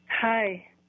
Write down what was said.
Hi